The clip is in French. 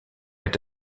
est